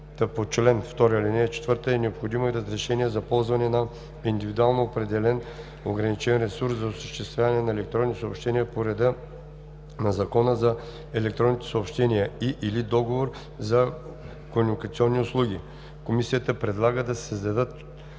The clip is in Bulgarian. по чл. 2, ал. 4, е необходимо и разрешение за ползване на индивидуално определен ограничен ресурс за осъществяване на електронни съобщения по реда на Закона за електронните съобщения и/или договор за комуникационни услуги.“ Комисията предлага да се създадат